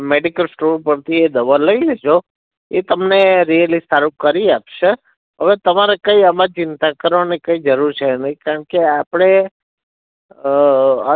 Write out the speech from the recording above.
medical store પરથી એ દવા લઈ લેજો એ તમને રીયલી સારું કરી આપશે હવે તમારે કંઈ આમાં ચિંતા કરવાની કંઈ જરૂર છે નહીં કારણકે આપણે